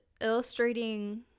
illustrating